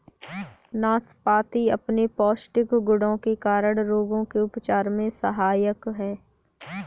नाशपाती अपने पौष्टिक गुणों के कारण रोगों के उपचार में सहायक है